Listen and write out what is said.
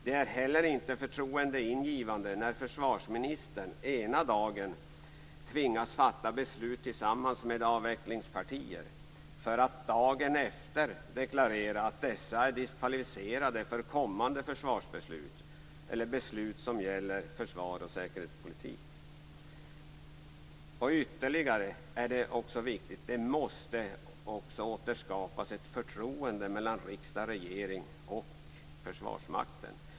Det är heller inte förtroendeingivande när försvarsministern ena dagen tvingas fatta beslut tillsammans med avvecklingspartier för att dagen efter deklarera att dessa är diskvalificerade för kommande beslut som gäller försvars och säkerhetspolitik. Vidare måste det återskapas ett förtroende mellan riksdag och regering och Försvarsmakten.